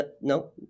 No